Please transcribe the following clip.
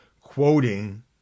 quoting